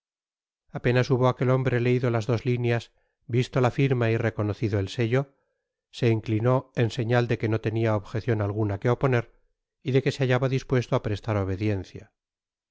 apenas hubo aquel hombre leído las dos líneas visto la firma y reconocido el sello se inclinó en señal de que no tenia objecion alguna que oponer y de que se bailaba dispuesto á prestar obediencia